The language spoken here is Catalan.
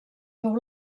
fou